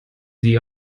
sie